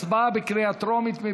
הצבעה בקריאה טרומית.